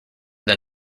than